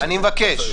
אני מבקש.